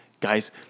Guys